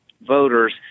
voters